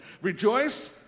Rejoice